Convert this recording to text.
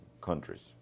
countries